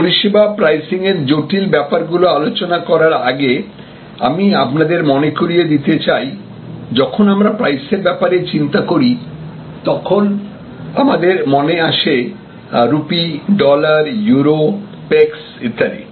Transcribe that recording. পরিষেবা প্রাইসিং এর জটিল ব্যাপার গুলো আলোচনা করার আগে আমি আপনাদের মনে করিয়ে দিতে চাই যখনই আমরা প্রাইস এর ব্যাপারে চিন্তা করি তখন আমাদের মনে আসে রুপি ডলার ইউরো পেকস ইত্যাদি